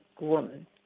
woman